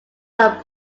that